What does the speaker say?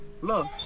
Look